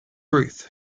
ruth